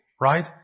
Right